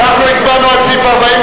אנחנו הצבענו על סעיף 40,